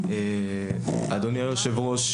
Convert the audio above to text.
אדוני היושב-ראש,